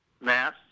mass